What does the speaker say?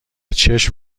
چشم